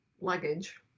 luggage